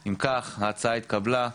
אם כך, ההצעה התקבלה.